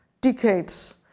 decades